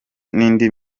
n’indi